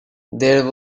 there